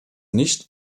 nicht